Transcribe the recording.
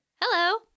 Hello